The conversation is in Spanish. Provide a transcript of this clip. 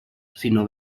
sino